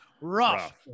Rough